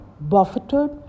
buffeted